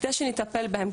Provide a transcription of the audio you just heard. כדי שנטפל בהן,